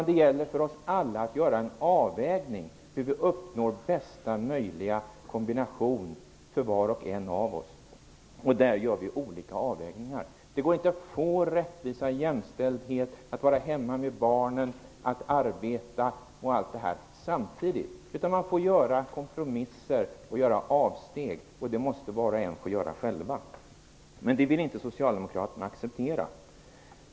Det gäller för oss alla att göra en avvägning hur vi uppnår bästa möjliga kombination för var och en av oss, och de avvägningarna görs olika. Det går inte att få rättvisa, jämställdhet, rätt att vara hemma med barn och rätt att arbeta samtidigt. Man får göra kompromisser och avsteg, och det måste var och en få göra själv. Men det vill inte socialdemokraterna acceptera.